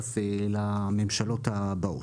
ביחס לממשלות הבאות.